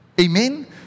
Amen